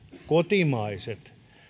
kotimaiset